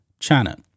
China